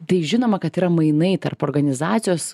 tai žinoma kad yra mainai tarp organizacijos